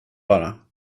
bara